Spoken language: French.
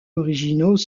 originaux